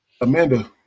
Amanda